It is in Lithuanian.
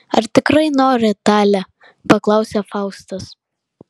ar tikrai nori tale paklausė faustas